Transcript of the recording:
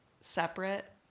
separate